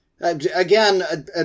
Again